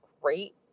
great